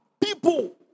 people